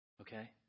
Okay